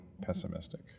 pessimistic